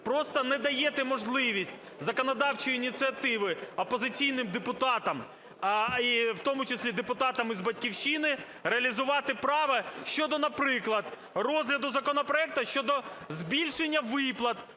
просто не даєте можливість законодавчої ініціативи опозиційним депутатам, і в тому числі депутатам із "Батьківщини" реалізувати право щодо, наприклад, розгляду законопроекту щодо збільшення виплат